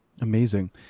Amazing